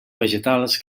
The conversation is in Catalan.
vegetals